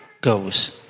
goes